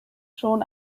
schon